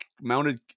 mounted